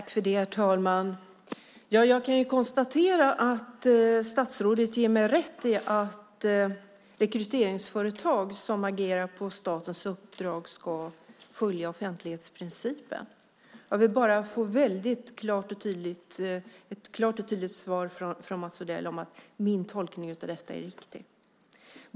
Herr talman! Jag kan konstatera att statsrådet ger mig rätt i att rekryteringsföretag som agerar på statens uppdrag ska följa offentlighetsprincipen. Jag vill bara få ett klart och tydligt svar från Mats Odell om att min tolkning av detta är riktig.